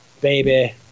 baby